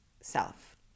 self